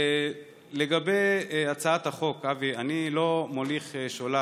לגבי הצעת החוק, אבי, אני לא מוליך שולל.